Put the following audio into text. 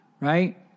right